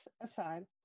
aside